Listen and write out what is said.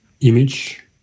image